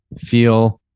feel